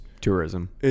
Tourism